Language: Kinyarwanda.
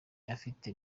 afite